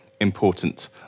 important